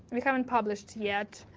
we haven't published yet.